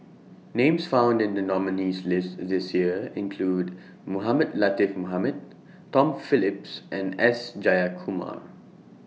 Names found in The nominees' list This Year include Mohamed Latiff Mohamed Tom Phillips and S Jayakumar